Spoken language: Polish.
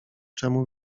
czemu